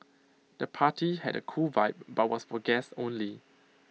the party had A cool vibe but was for guests only